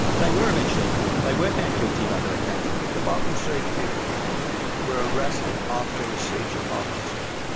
they were eventually caught, and they were found guilty of other attacks. the balcombe street people were arrested after a siege at balcombe street,